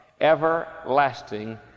everlasting